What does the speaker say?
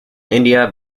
india